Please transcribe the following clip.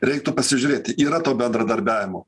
reiktų pasižiūrėti yra to bendradarbiavimo